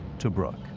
tobruk,